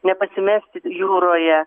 nepasimesti jūroje